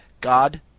God